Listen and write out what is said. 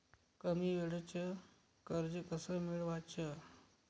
कमी वेळचं कर्ज कस मिळवाचं?